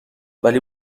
ولی